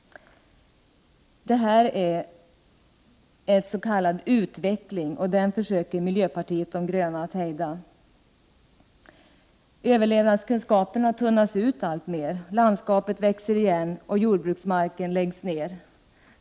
Detta är s.k. utveckling, som miljöpartiet de gröna försöker att hejda. Överlevnadskunskaperna tunnas ut alltmer, landskapet växer igen och jordbruksmarken läggs ner.